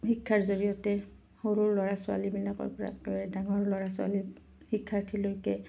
শিক্ষাৰ জৰিয়তে সৰু ল'ৰা ছোৱালীবিলাকৰ পৰা ডাঙৰ ল'ৰা ছোৱালী শিক্ষাৰ্থীলৈকে